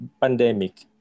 pandemic